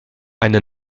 eine